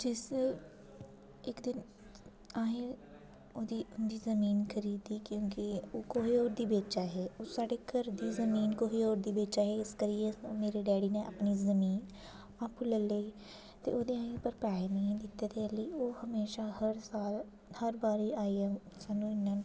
जिसदे इक दिन असें ओह्दी जमीन खरीदी ओह् कुसै होर गी बेचै दे हे साढे घर दी जमीन कुसै होर गी बेचै दे हे इस करियै मेरे डैडी नै अपनी जमीन आंपू लेई लेई ते ओह्दे असें पर पैसे नेईं न दित्ते दे अजें ते ओह् हर साल हर बारी आई जंदे न